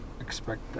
expect